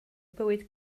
bywyd